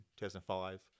2005